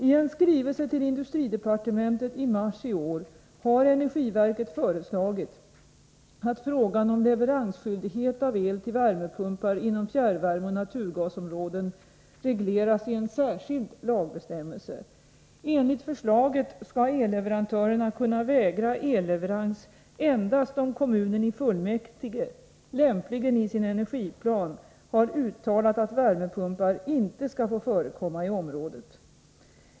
I en skrivelse till industridepartementet i mars i år har energiverket föreslagit att frågan om leveransskyldighet av el till värmepumpar inom fjärrvärmeoch naturgasområden regleras i en särskild lagbestämmelse. Enligt förslaget skall elleverantörerna kunna vägra elleverans endast om kommunen i fullmäktige — lämpligen i sin energiplan — har uttalat att värmepumpar inte skall få förekomma i området.